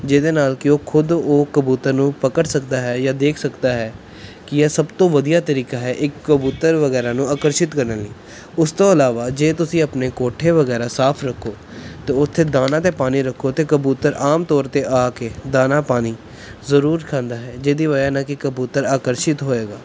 ਜਿਹਦੇ ਨਾਲ ਕਿ ਉਹ ਖੁਦ ਉਹ ਕਬੂਤਰ ਨੂੰ ਪਕੜ ਸਕਦਾ ਹੈ ਜਾਂ ਦੇਖ ਸਕਦਾ ਹੈ ਕਿ ਇਹ ਸਭ ਤੋਂ ਵਧੀਆ ਤਰੀਕਾ ਹੈ ਇੱਕ ਕਬੂਤਰ ਵਗੈਰਾ ਨੂੰ ਆਕਰਸ਼ਿਤ ਕਰਨ ਲਈ ਉਸ ਤੋਂ ਇਲਾਵਾ ਜੇ ਤੁਸੀਂ ਆਪਣੇ ਕੋਠੇ ਵਗੈਰਾ ਸਾਫ ਰੱਖੋ ਅਤੇ ਉੱਥੇ ਦਾਣਾ ਅਤੇ ਪਾਣੀ ਰੱਖੋ ਅਤੇ ਕਬੂਤਰ ਆਮ ਤੌਰ 'ਤੇ ਆ ਕੇ ਦਾਨਾ ਪਾਣੀ ਜ਼ਰੂਰ ਖਾਂਦਾ ਹੈ ਜਿਹਦੀ ਵਜ੍ਹਾ ਨਾਲ ਕਿ ਕਬੂਤਰ ਆਕਰਸ਼ਿਤ ਹੋਏਗਾ